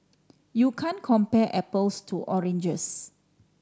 you can't compare apples to oranges